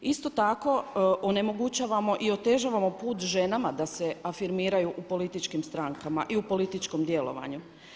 Isto tako onemogućavamo i otežavamo put ženama da se afirmiraju u političkim strankama i u političkom djelovanju.